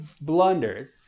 blunders